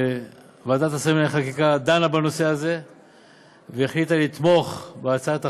שוועדת השרים לענייני חקיקה דנה בנושא הזה והחליטה לתמוך בהצעת החוק,